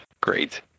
Great